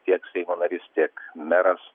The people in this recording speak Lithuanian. tiek seimo narys tiek meras